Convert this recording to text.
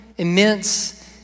immense